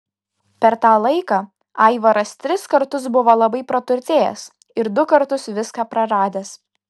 per tą laiką aivaras tris kartus buvo labai praturtėjęs ir du kartus viską praradęs